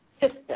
system